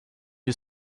you